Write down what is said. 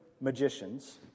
magicians